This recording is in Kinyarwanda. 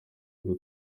ngo